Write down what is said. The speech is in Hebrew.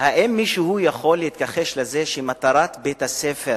מישהו יכול להתכחש לזה שמטרת בית-הספר